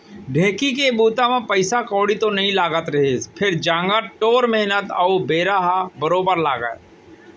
ढेंकी के बूता म पइसा कउड़ी तो नइ लागत रहिस फेर जांगर टोर मेहनत अउ बेरा ह बरोबर लागय